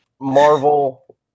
Marvel